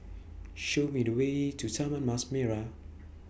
Show Me The Way to Taman Mas Merah